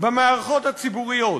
במערכות הציבוריות.